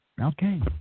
okay